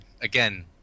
again